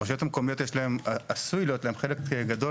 לרשויות המקומיות עשוי להיות חלק גדול